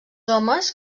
homes